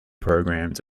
programs